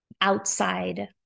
outside